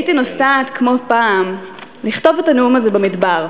הייתי נוסעת, כמו פעם, לכתוב את הנאום הזה במדבר.